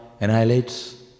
annihilates